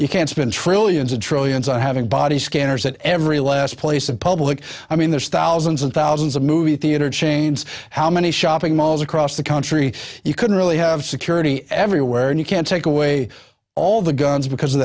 you can spend trillions and trillions on having body scanners at every last place in public i mean there's thousands and thousands of movie theater chains how many shopping malls across the country you can really have security everywhere and you can't take away all the guns because of